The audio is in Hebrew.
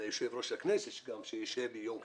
ליושב ראש הכנסת שאישר את היום הזה.